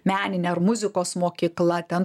meninę ar muzikos mokykla ten